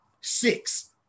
Six